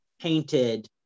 painted